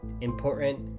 important